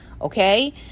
okay